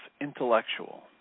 intellectual